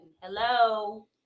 Hello